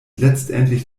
letztendlich